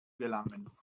gelangen